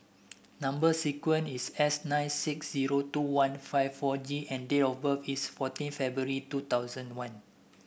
number sequence is S nine six zero two one five four G and date of birth is fourteen February two thousand one